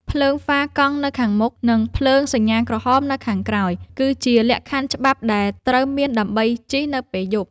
ភ្លើងហ្វាកង់នៅខាងមុខ និងភ្លើងសញ្ញាក្រហមនៅខាងក្រោយ គឺជាលក្ខខណ្ឌច្បាប់ដែលត្រូវមានដើម្បីជិះនៅពេលយប់។